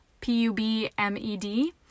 P-U-B-M-E-D